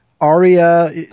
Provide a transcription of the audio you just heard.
Aria